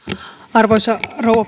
arvoisa rouva